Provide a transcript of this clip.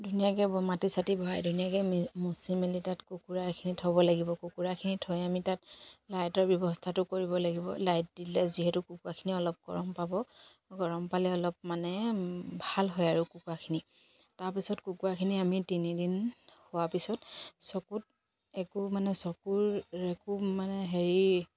ধুনীয়াকে মাটি চাটি ভৰাই ধুনীয়াকে মুচি মেলি তাত কুকুৰাখিনি থ'ব লাগিব কুকুৰাখিনি থৈ আমি তাত লাইটৰ ব্যৱস্থাটো কৰিব লাগিব লাইট দিলে যিহেতু কুকুৰাখিনি অলপ গৰম পাব গৰম পালে অলপ মানে ভাল হয় আৰু কুকুৰাখিনি তাৰপিছত কুকুৰাখিনি আমি তিনিদিন হোৱাৰ পিছত চকুত একো মানে চকুৰ একো মানে হেৰি